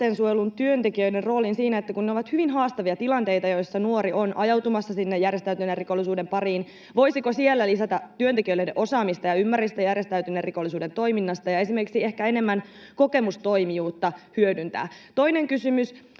työntekijöiden roolin siinä, että kun ne ovat hyvin haastavia tilanteita, joissa nuori on ajautumassa sinne järjestäytyneen rikollisuuden pariin, niin voisiko siellä lisätä työntekijöiden osaamista ja ymmärrystä järjestäytyneen rikollisuuden toiminnasta ja esimerkiksi ehkä enemmän kokemustoimijuutta hyödyntää? Toinen kysymys: